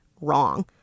wrong